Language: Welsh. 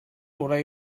orau